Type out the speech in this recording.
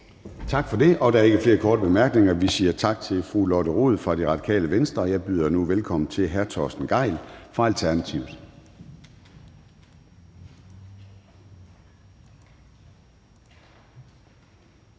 Tak for det. Der er ikke flere korte bemærkninger. Vi siger tak til fru Lotte Rod fra Radikale Venstre, og jeg byder nu velkommen til hr. Torsten Gejl fra Alternativet.